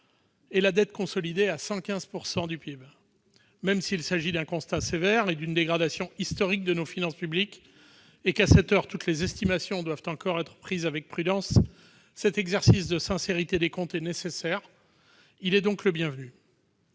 et la dette consolidée à 115 % du PIB. Même s'il s'agit d'un constat sévère et d'une dégradation historique de nos finances publiques, même si, à cette heure, toutes les estimations doivent encore être considérées avec prudence, cet exercice de sincérité des comptes était nécessaire ; il est donc le bienvenu.